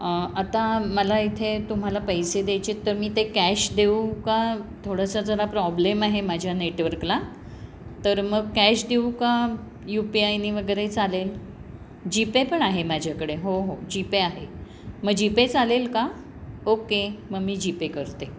आता मला इथे तुम्हाला पैसे द्यायचे आहेत तर मी ते कॅश देऊ का थोडंसं जरा प्रॉब्लेम आहे माझ्या नेटवर्कला तर मग कॅश देऊ का यू पी आयने वगैरे चालेल जीपे पण आहे माझ्याकडे हो हो जीपे आहे मग जीपे चालेल का ओके मग मी जीपे करते